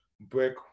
brick